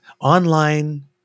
online